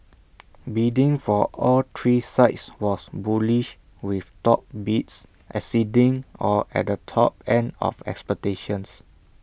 bidding for all three sites was bullish with top bids exceeding or at the top end of expectations